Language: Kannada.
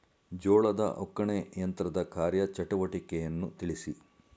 ಜೋಳದ ಒಕ್ಕಣೆ ಯಂತ್ರದ ಕಾರ್ಯ ಚಟುವಟಿಕೆಯನ್ನು ತಿಳಿಸಿ?